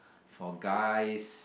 for guys